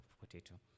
potato